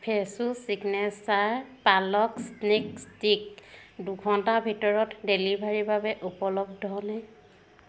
ফ্ৰেছো signature palak snack stick দুঘণ্টাৰ ভিতৰত ডেলিভাৰীৰ বাবে উপলব্ধ নে